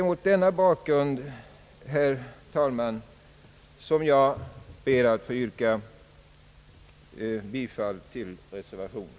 Mot denna bakgrund, herr talman, ber jag att få yrka bifall till reservationen.